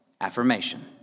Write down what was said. Affirmation